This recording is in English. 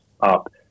up